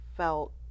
Felt